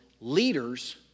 leaders